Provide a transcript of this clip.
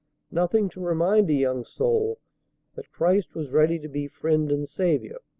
nothing to remind a young soul that christ was ready to be friend and saviour.